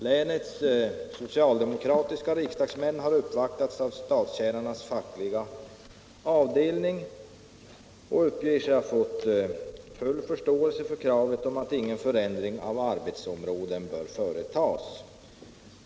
Länets socialdemokratiska riksdagsmän har uppvaktats av statstjänarnas fackliga avdelning, som uppger sig ha fått full förståelse för kravet på att ingen förändring av arbetsområden skall företas.